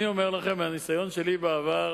אני אומר לכם מהניסיון שלי בעבר,